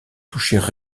touchaient